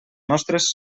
nostres